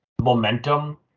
momentum